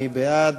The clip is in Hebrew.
מי בעד?